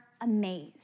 amazed